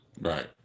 Right